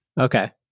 Okay